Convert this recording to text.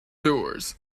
doers